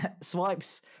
swipes